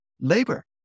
labor